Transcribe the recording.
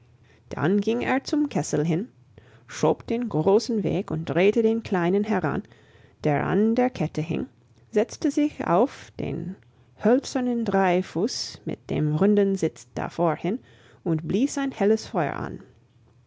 dann ging er zum kessel hin schob den großen weg und drehte den kleinen heran der an der kette hing setzte sich auf den hölzernen dreifuß mit dem runden sitz davor hin und blies ein helles feuer an